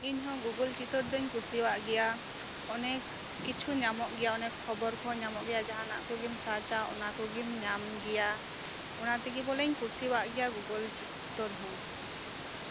ᱤᱧ ᱦᱚᱸ ᱜᱩᱜᱳᱞ ᱪᱤᱛᱟᱹᱨ ᱫᱚᱧ ᱠᱩᱥᱤᱭᱟᱜ ᱜᱮᱭᱟ ᱚᱱᱮᱠ ᱠᱤᱪᱷᱩ ᱧᱟᱢᱚᱜ ᱜᱮᱭᱟ ᱠᱷᱚᱵᱚᱨ ᱠᱚᱦᱚᱸ ᱧᱟᱢᱚᱜ ᱜᱮᱭᱟ ᱡᱟᱦᱟᱸᱱᱟᱜ ᱠᱚᱜᱮᱢ ᱥᱟᱨᱪᱟ ᱚᱱᱟ ᱠᱚᱜᱮᱢ ᱧᱟᱢ ᱜᱮᱭᱟ ᱚᱱᱟ ᱛᱮᱜᱮ ᱵᱚᱞᱮᱧ ᱠᱩᱥᱤᱭᱟᱜ ᱜᱮᱭᱟ ᱜᱩᱜᱳᱞ ᱪᱤᱛᱛᱚᱨ ᱦᱚᱸ